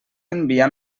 enviar